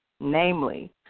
Namely